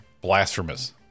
blasphemous